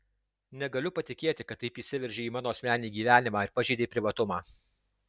negaliu patikėti kad taip įsiveržei į mano asmeninį gyvenimą ir pažeidei privatumą